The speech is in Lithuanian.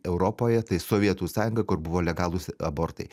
europoje tai sovietų sąjunga kur buvo legalūs abortai